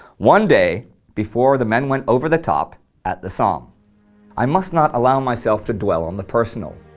one day before the men went over the top at the somme i must not allow myself to dwell on the personal.